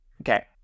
Okay